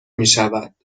میشود